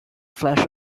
flash